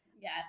yes